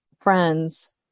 friends